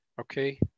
Okay